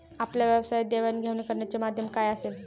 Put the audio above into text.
आपल्या व्यवसायात देवाणघेवाण करण्याचे माध्यम काय असेल?